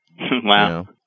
Wow